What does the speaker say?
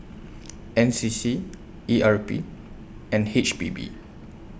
N C C E R P and H P B